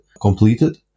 completed